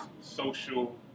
Social